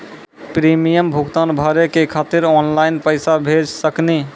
Premium भुगतान भरे के खातिर ऑनलाइन पैसा भेज सकनी?